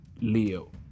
Leo